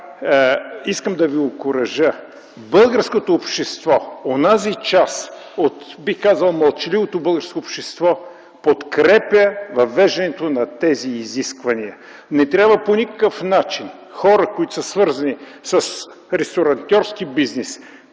искам да Ви окуража - българското общество, бих казал, онази част от мълчаливото българско общество, подкрепя въвеждането на тези изисквания. Не трябва по никакъв начин хора, които са свързани с ресторантьорски бизнес,